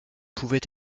pouvait